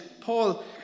Paul